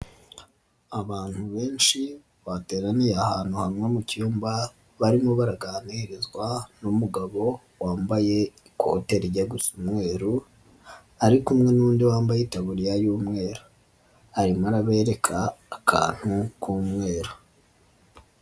Abantu benshi bateraniye ahantu hamwe mu cyumba barimo baraganirizwa n'umugabo wambaye ikote rijya gusa umweru, ari kumwe n'undi wambaye itaburiya y'umweru, arimo arabereka akantu k'umweru.